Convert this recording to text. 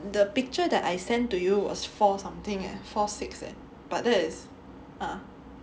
the picture that I send to you was four something eh four six leh but that is